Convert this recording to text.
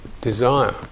desire